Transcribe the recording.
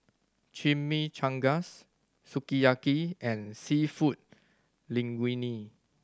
Chimichangas Sukiyaki and Seafood Linguine